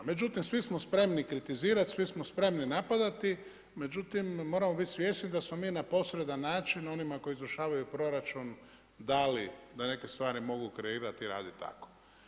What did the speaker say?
Međutim svi smo svjesni kritizirati, svi smo spremni napadati međutim moramo biti svjesni da smo mi na posredan način onima koji izvršavaju proračun dali da neke stvari mogu kreirati i raditi tako.